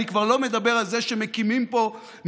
אני כבר לא מדבר על זה שמקימים פה מפלצת